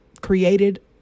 created